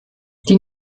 die